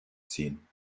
ziehen